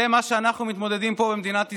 עם זה אנחנו מתמודדים פה במדינת ישראל.